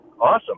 awesome